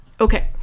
Okay